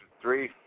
three